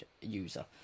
user